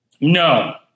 No